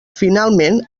finalment